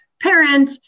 parent